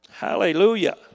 Hallelujah